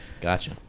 Gotcha